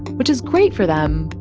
which is great for them.